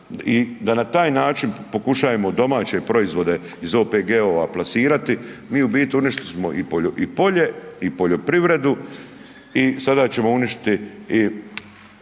i da na taj način pokušajemo domaće proizvode iz OPG-ova plasirati, mi u biti uništili smo i polje i poljoprivredu i sada ćemo uništiti